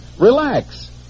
relax